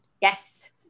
Yes